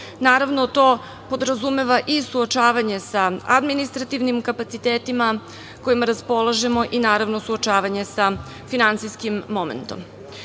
Naravno, to podrazumeva i suočavanje sa administrativnim kapacitetima kojima raspolažemo i, naravno, suočavanje sa finansijskim momentom. Treba